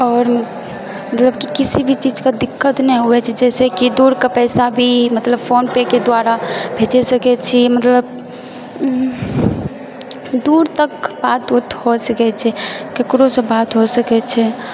आओर मतलब किसी भी चीजके दिक्कत नहि हुअए छै जइसेकि दूरके पैसा भी मतलब फोन पेके द्वारा भेजि सकै छी मतलब दूर तक बात उत हो सकै छै ककरोसँ बात हो सकै छै